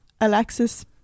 Alexis